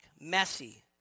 messy